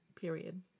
period